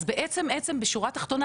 אז בעצם בשורה תחתונה,